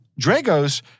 Dragos